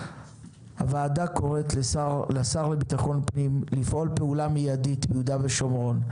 הוועדה קוראת לשר לביטחון פנים לפעול פעולה מידית ביהודה ושומרון.